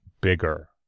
bigger